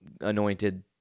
anointed